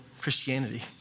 Christianity